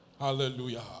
Hallelujah